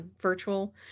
virtual